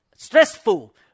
Stressful